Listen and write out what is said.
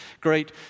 great